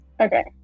okay